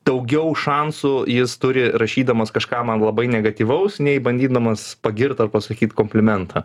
daugiau šansų jis turi rašydamas kažką man labai negatyvaus nei bandydamas pagirt ar pasakyt komplimentą